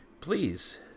please